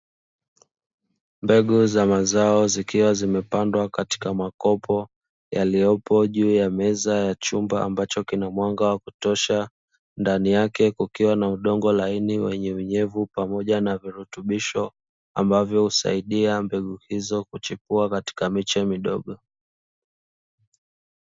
Mbegu za mazao zikiwa zimepandwa katika makopo yaliyopo juu ya meza ya chumba ambacho kina mwanga wa kutosha. Ndani yake kukiwa na udongo laini wenye unyevu pamoja na virutubisho ambavyo husaidia mbegu hizo kuchipua katika miche midogo.